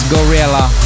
Gorilla